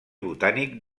botànic